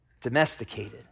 domesticated